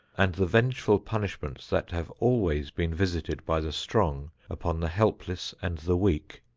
and the vengeful punishments that have always been visited by the strong upon the helpless and the weak.